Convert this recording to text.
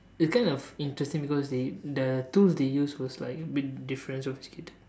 it's kind of interesting because they the tools they use was like a bit different sophisticated